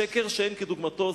שקר שאין כדוגמתו,